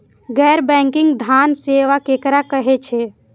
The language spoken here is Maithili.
गैर बैंकिंग धान सेवा केकरा कहे छे?